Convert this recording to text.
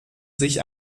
sich